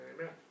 Amen